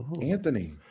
Anthony